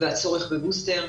והצורך בבוסטר.